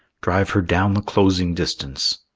drive her down the closing distance.